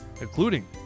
including